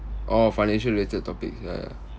orh financial-related topics ya ya